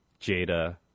Jada